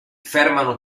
fermano